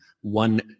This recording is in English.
one